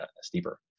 steeper